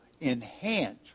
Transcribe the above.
enhance